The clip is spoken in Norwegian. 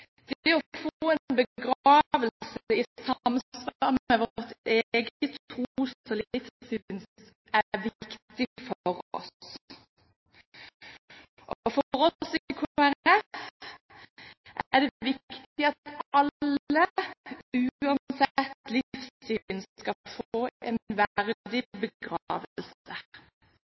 Det å få en begravelse i samsvar med egen tro og eget livssyn er viktig for oss. For oss i Kristelig Folkeparti er det viktig at alle, uansett livssyn, skal få en verdig begravelse.